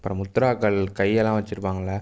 அப்புறம் முத்ராக்கள் கையெல்லாம் வைச்சுருப்பாங்கல்ல